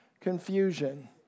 confusion